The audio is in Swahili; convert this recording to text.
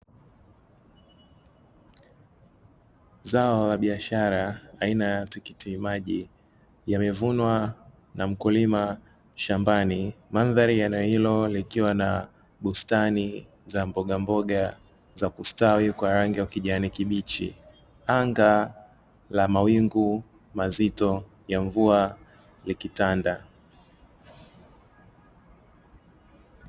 Zao la biashara aina ya tikiti maji yamevunwa na mkulima shambani, mandhari ya eneo hilo likiwa na bustani za mbogamboga za kustawi kwa rangi ya kijani kibichi; Anga la mawingu mazito ya mvua likitanda.